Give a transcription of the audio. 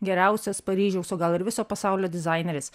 geriausias paryžiaus o gal ir viso pasaulio dizaineris